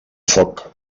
foc